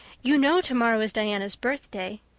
you know tomorrow is diana's birthday.